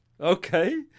Okay